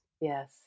Yes